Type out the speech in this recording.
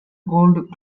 gold